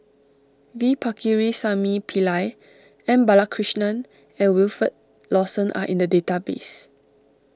V Pakirisamy Pillai M Balakrishnan and Wilfed Lawson are in the database